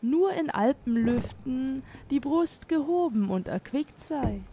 nur in alpenlüften die brust gehoben und erquickt sei